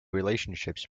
relationships